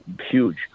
huge